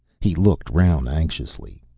he looked round anxiously.